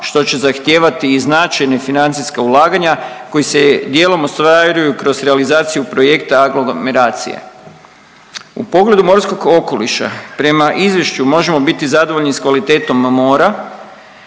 što će zahtjeva i značajne financijska ulaganja koji se djelom ostvaruju kroz realizaciju projekta aglomeracije. U pogledu morskog okoliša prema izvješću možemo biti zadovoljni s kvalitetom mora,